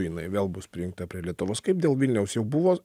jinai vėl bus prijungta prie lietuvos kaip dėl vilniaus jau buvo